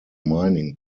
mining